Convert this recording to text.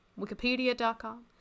wikipedia.com